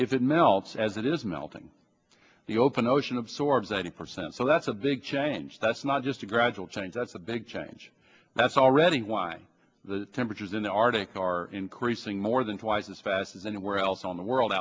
if it melts as it is melting the open ocean of sorbs eighty percent so that's a big change that's not just a gradual change that's a big change that's already why the temperatures in the arctic are increasing more than twice as fast as anywhere else on the world